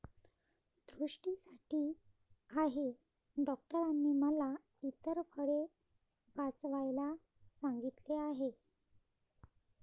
दृष्टीसाठी आहे डॉक्टरांनी मला इतर फळे वाचवायला सांगितले आहे